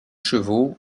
chevaux